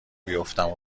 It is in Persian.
بیفتم